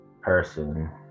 person